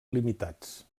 limitats